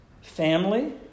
family